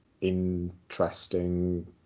interesting